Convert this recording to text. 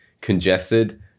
congested